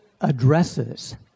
addresses